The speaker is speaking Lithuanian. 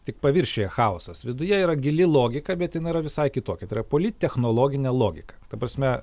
tik paviršiuje chaosas viduje yra gili logika bet jin yra visai kitokia tai yra politechnologinė logika ta prasme